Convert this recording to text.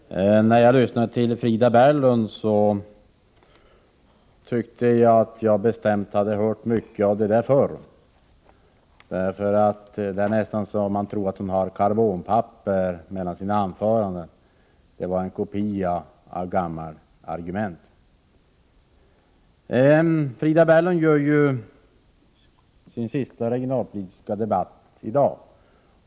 Herr talman! När jag lyssnade på Frida Berglund tyckte jag bestämt att jag hade hört det där förr. Det är nästan så att man tror att hon har karbonpapper mellan sina anföranden. Detta var en kopia av gamla argument. Frida Berglund gör ju sin sista regionalpolitiska debatt i dag.